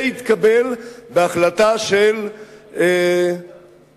זה התקבל בהחלטה של שניים,